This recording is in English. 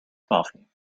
coffee